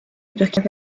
burkina